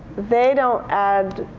they don't add